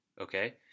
Okay